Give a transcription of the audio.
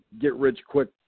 get-rich-quick